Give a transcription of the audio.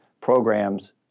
programs